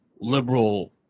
liberal